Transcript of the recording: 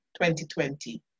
2020